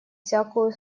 всякую